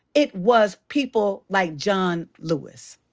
it was people like john lewis.